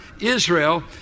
Israel